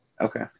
Okay